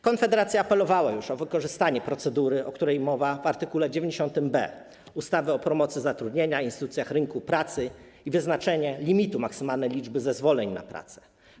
Konfederacja apelowała już o wykorzystanie procedury, o której mowa w art. 90b ustawy o promocji zatrudnienia i instytucjach rynku pracy, i wyznaczenie limitu maksymalnej liczby zezwoleń na pracę.